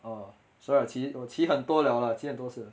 哦所以我骑我骑很多了啦骑很多次了